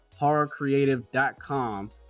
horrorcreative.com